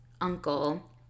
uncle